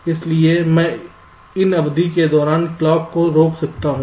इसलिए मैं इन अवधि के दौरान क्लॉक को रोक सकता हूं